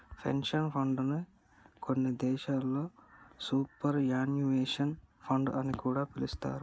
pension fund నే కొన్ని దేశాల్లో సూపర్ యాన్యుయేషన్ ఫండ్ అని కూడా పిలుత్తారు